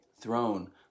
throne